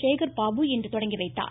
சேகர் பாபு இன்று தொடங்கி வைத்தார்